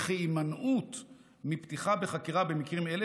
וכי הימנעות מפתיחה בחקירה במקרים אלה